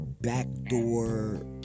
backdoor